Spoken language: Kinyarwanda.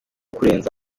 kurenza